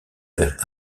vers